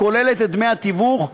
הכוללת את דמי התיווך,